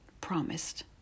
promised